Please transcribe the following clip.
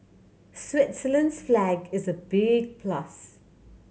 Switzerland's flag is a big plus